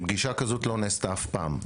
פגישה כזאת לא נעשתה אף פעם.